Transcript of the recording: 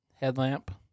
headlamp